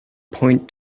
point